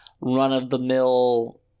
run-of-the-mill